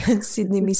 Sydney